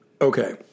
Okay